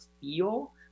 feel